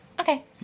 Okay